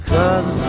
Cause